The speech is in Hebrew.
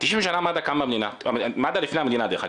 90 שנה למד"א, לפני קום המדינה דרך אגב.